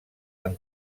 amb